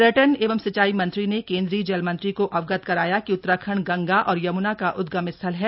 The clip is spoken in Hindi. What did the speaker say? पर्यटन एवं सिंचाई मंत्री ने केंद्रीय जल मंत्री को अवगत कराया कि उत्तराखण्ड गंगा और यम्ना का उद्गम स्थल है